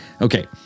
Okay